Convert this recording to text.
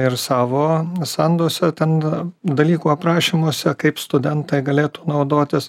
ir savo sanduose ten dalykų aprašymuose kaip studentai galėtų naudotis